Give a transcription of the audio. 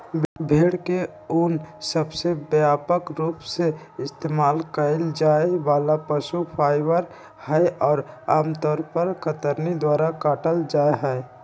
भेड़ के ऊन सबसे व्यापक रूप से इस्तेमाल कइल जाये वाला पशु फाइबर हई, और आमतौर पर कतरनी द्वारा काटल जाहई